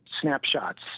snapshots